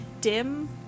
dim